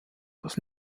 das